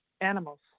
animals